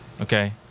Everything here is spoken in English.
Okay